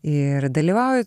ir dalyvauju